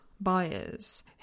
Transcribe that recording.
buyers